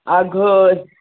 अघु